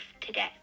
today